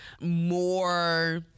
more